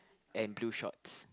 and blue shorts